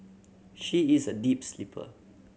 she is a deep sleeper